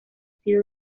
sido